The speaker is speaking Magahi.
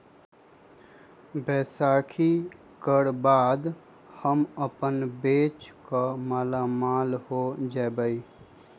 बैसाखी कर बाद हम अपन बेच कर मालामाल हो जयबई